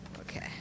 okay